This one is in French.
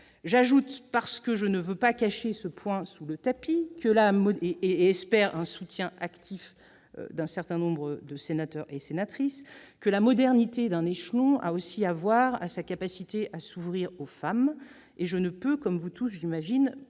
J'ajoute, car je ne veux pas cacher ce point sous le tapis, tout en espérant un soutien actif d'un certain nombre de sénateurs et sénatrices, que la modernité d'un échelon a aussi à voir avec sa capacité à s'ouvrir aux femmes. Or je ne peux, comme vous tous, j'imagine,